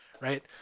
right